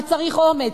וצריך אומץ.